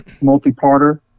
multi-parter